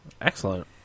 Excellent